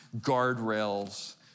guardrails